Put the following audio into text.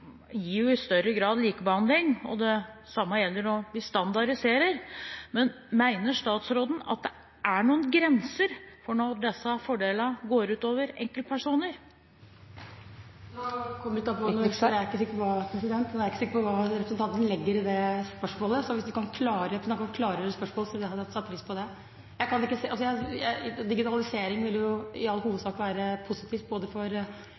i større grad likebehandling. Det samme gjelder når vi standardiserer. Mener statsråden at det er noen grenser for når disse fordelene går ut over enkeltpersoner? Jeg er ikke sikker på hva representanten legger i det spørsmålet. Hvis representanten kunne klargjøre spørsmålet sitt, ville jeg satt pris på det. Digitalisering vil i all hovedsak være positivt både for brukerne, for etaten og for arbeidsgiverne. Jeg kan ikke se at den formen for digitalisering vi her snakker om, vil være til ulempe for